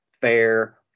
fair